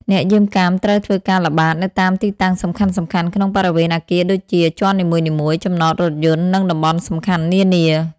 អ្នកយាមកាមត្រូវធ្វើការ ល្បាត នៅតាមទីតាំងសំខាន់ៗក្នុងបរិវេណអគារដូចជា ជាន់នីមួយៗ ចំណតរថយន្ត និងតំបន់សំខាន់នានា។